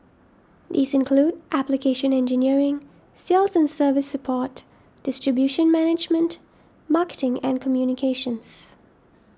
these include application engineering sales and service support distribution management marketing and communications